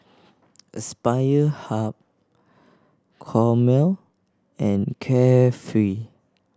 Aspire Hub Hormel and Carefree